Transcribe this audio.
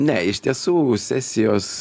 ne iš tiesų sesijos